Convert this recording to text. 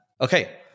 Okay